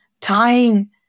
tying